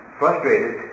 frustrated